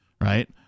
Right